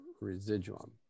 residuum